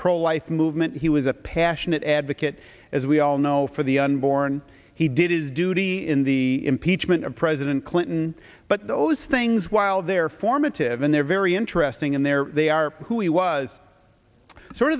pro life movement he was a passionate advocate as we all know for the unborn he did his duty in the pietschmann of president clinton but those things while their formative and their very interesting and their they are who he was sort